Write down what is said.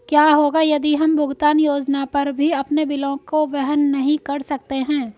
क्या होगा यदि हम भुगतान योजना पर भी अपने बिलों को वहन नहीं कर सकते हैं?